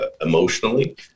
emotionally